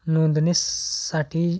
नोंदणी स साठी